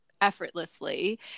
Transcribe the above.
effortlessly